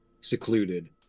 secluded